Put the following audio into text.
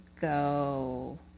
go